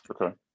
Okay